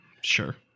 Sure